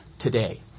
today